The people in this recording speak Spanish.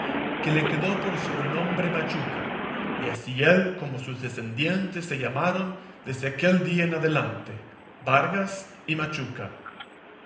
que le quedó por sobrenombre machuca y así él como sus decendientes se llamaron desde aquel día en adelante vargas y machuca